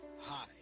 Hi